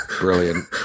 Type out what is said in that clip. Brilliant